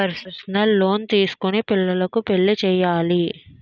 personal loan తీసుకొని పిల్లకు పెళ్లి చేయాలి